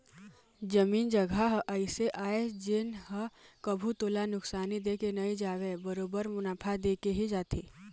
जमीन जघा ह अइसे आय जेन ह कभू तोला नुकसानी दे के नई जावय बरोबर मुनाफा देके ही जाथे